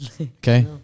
Okay